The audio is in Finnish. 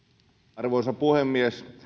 arvoisa puhemies